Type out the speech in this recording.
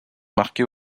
marqués